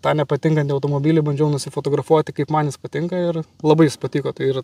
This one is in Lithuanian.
tą nepatinkantį automobilį bandžiau nusifotografuoti kaip man jis patinka ir labai jis patiko tai ir